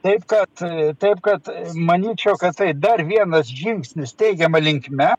taip kad taip kad manyčiau kad tai dar vienas žingsnis teigiama linkme